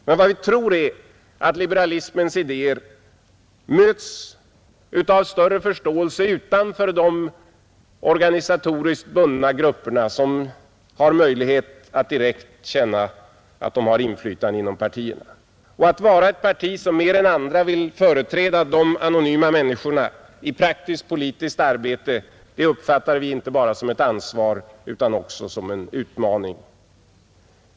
Men vad vi tror är att liberalismens idéer möts av större förståelse utanför de organisatoriskt bundna grupperna som har möjlighet att direkt känna att de har inflytande inom partierna, Att vara ett parti som mer än andra vill företräda de anonyma människorna i praktiskt politiskt arbete uppfattar vi inte bara som ett ansvar utan också som en utmaning.